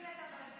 נתקבלה.